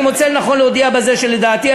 "אני מוצא לנכון להודיע בזה שלדעתי,